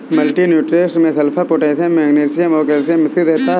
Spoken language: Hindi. मल्टी न्यूट्रिएंट्स में सल्फर, पोटेशियम मेग्नीशियम और कैल्शियम मिश्रित रहता है